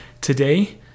today